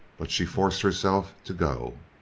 but she forced herself to go.